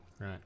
Right